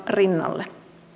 rinnalle